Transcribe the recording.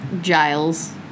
Giles